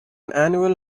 annual